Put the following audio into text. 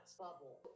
bubble